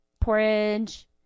porridge